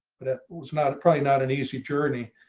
but it was not probably not an easy journey.